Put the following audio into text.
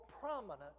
prominent